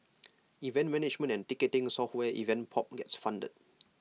event management and ticketing software event pop gets funded